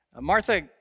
Martha